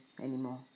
anymore